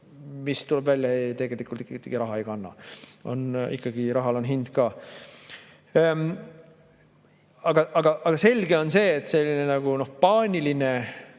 mis, tuleb välja, tegelikult ikkagi raha ei kanna. Rahal on hind ka. Aga selge on see, kui on selline paaniline